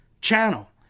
channel